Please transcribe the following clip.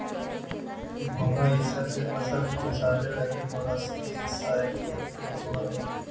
घोंघा इसब से फसल के बचावे लगी मोलस्कीसाइड के उपयोग होवऽ हई